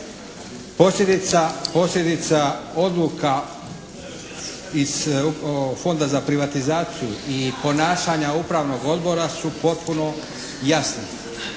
Posljedica odluka iz Fonda za privatizaciju i ponašanja Upravnog odbora su potpuno jasne.